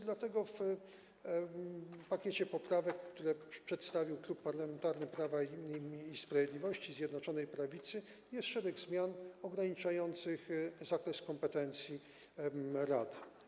Dlatego w pakiecie poprawek, które przedstawił Klub Parlamentarny Prawa i Sprawiedliwości, Zjednoczonej Prawicy, jest szereg zmian ograniczających zakres kompetencji rad.